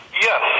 Yes